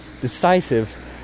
decisive